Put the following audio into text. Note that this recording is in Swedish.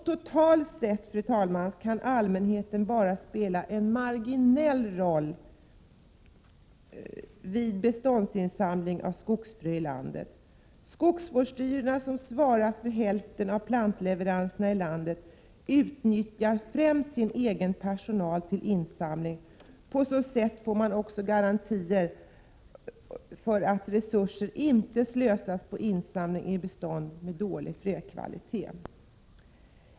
Totalt sett kan allmänheten bara spela en marginell roll vid beståndsinsamlingen av skogsfrö i landet. Skogsvårdsstyrelserna, som svarar för hälften av plantleveranserna i landet, utnyttjar främst sin egen personal för insamling. På så sätt får man garantier för att resurser inte slösas på insamling i bestånd med dålig frökvalitet.